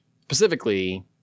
specifically